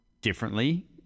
differently